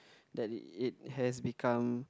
that it has become